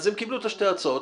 אז הם קיבלו שתי הצעות,